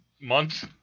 month